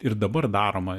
ir dabar daroma